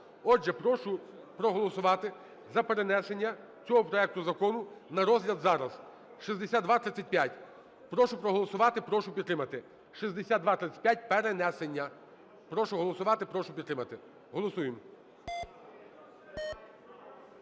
Отже, прошу проголосувати за перенесення цього проекту закону на розгляд зараз, 6235. Прошу проголосувати, прошу підтримати. 6235 – перенесення. Прошу голосувати, прошу підтримати. Голосуємо.